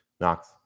Knox